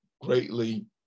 greatly